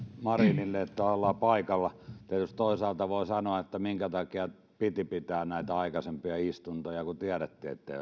marinille että ollaan paikalla tietysti toisaalta voi sanoa minkä takia piti pitää näitä aikaisempia istuntoja kun tiedettiin että ette